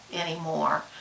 anymore